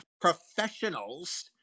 professionals